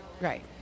Right